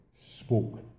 spoke